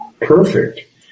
perfect